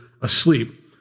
asleep